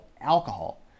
alcohol